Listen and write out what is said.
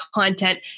content